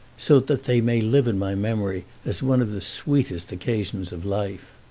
so that they may live in my memory as one of the sweetest occasions of life.